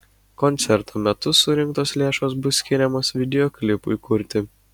koncerto metu surinktos lėšos bus skiriamos videoklipui kurti